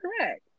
correct